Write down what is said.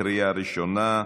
לקריאה ראשונה,